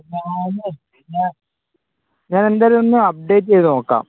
ഞാനെന്തായാലുമൊന്ന് update ചെയ്തുനോക്കാം